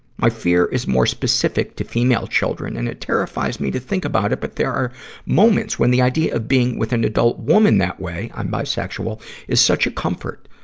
my fear is more specific to female children, and it terrifies me to think about it. but there are moments when the idea of being with an adult woman that way i'm bisexual is such a comfort.